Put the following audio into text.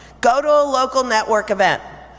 go to a local network event.